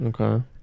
Okay